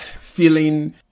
feeling